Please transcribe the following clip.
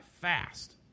fast